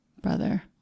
brother